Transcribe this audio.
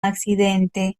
accidente